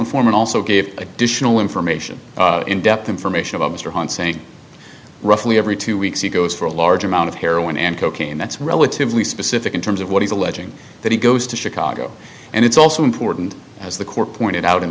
informant also gave additional information in depth information about mr hunt saying roughly every two weeks he goes for a large amount of heroin and cocaine that's relatively specific in terms of what he's alleging that he goes to chicago and it's also important as the core pointed out in